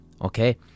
okay